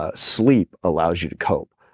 ah sleep allows you to cope.